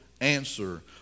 answer